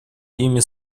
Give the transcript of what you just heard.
ими